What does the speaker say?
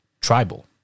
tribal